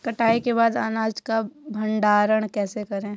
कटाई के बाद अनाज का भंडारण कैसे करें?